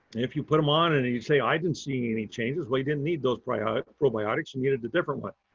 if you put them on and and you say, i didn't see any changes. well you didn't need those probiotics probiotics and needed a different one.